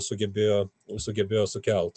sugebėjo sugebėjo sukelt